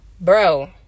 Bro